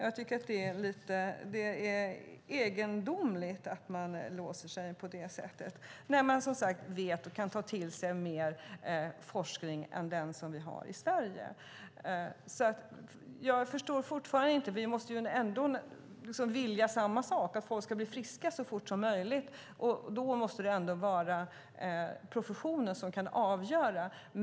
Jag tycker att det är egendomligt att man låser sig på det sättet, när man kan ta till sig mer forskning än den vi har i Sverige. Jag förstår fortfarande inte. Vi måste ändå vilja samma sak: att folk ska bli friska så fort som möjligt. Då måste det vara professionen som avgör.